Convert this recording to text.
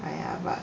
哎呀吧